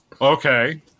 Okay